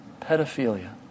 Pedophilia